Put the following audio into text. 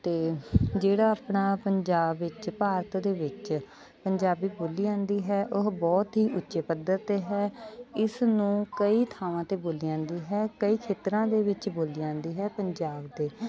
ਅਤੇ ਜਿਹੜਾ ਆਪਣਾ ਪੰਜਾਬ ਵਿੱਚ ਭਾਰਤ ਦੇ ਵਿੱਚ ਪੰਜਾਬੀ ਬੋਲੀ ਜਾਂਦੀ ਹੈ ਉਹ ਬਹੁਤ ਹੀ ਉੱਚੇ ਪੱਧਰ 'ਤੇ ਹੈ ਇਸ ਨੂੰ ਕਈ ਥਾਵਾਂ 'ਤੇ ਬੋਲੀ ਜਾਂਦੀ ਹੈ ਕਈ ਖੇਤਰਾਂ ਦੇ ਵਿੱਚ ਬੋਲੀ ਜਾਂਦੀ ਹੈ ਪੰਜਾਬ ਦੇ